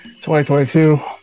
2022